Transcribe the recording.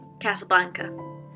Casablanca